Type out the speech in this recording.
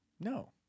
No